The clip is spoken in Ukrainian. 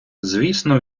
звісно